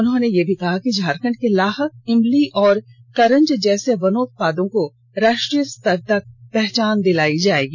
उन्होंने कहा कि झारखण्ड के लाह इमली और करंज जैसे वनोत्पादों को राष्ट्रीय स्तर तक पहचान दिलाई जाएगी